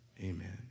Amen